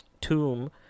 tomb